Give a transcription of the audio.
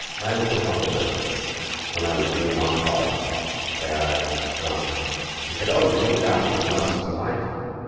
run into a filmmaker when i was doing montage and she said, oh, you're doing that film, you must've seen my film.